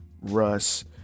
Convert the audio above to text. Russ